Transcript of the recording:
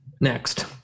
next